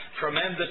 tremendous